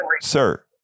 sir